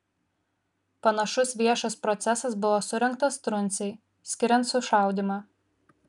panašus viešas procesas buvo surengtas truncei skiriant sušaudymą